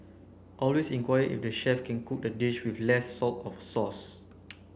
always inquire if the chef can cook the dish with less salt of sauce